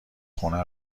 خونه